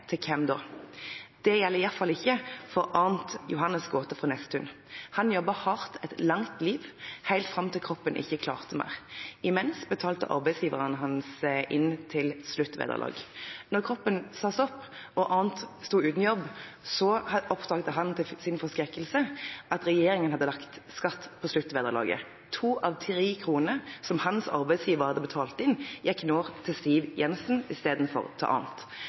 Til hvem da? Det gjelder i alle fall ikke for Arent Johannes Gåthe fra Nesttun. Han jobbet hardt et langt liv, helt til kroppen ikke klarte mer. Imens betalte arbeidsgiveren hans inn til sluttvederlag. Da kroppen sa stopp og Arent sto uten jobb, oppdaget han til sin forskrekkelse at regjeringen hadde lagt skatt på sluttvederlaget. To av tre kroner som hans arbeidsgiver hadde betalt inn, gikk nå til Siv Jensen istedenfor til